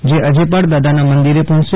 જે અજેપાળ દાદાના મંદિરે પહોંચશે